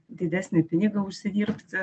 didesnį pinigą užsidirbti